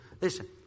listen